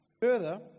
Further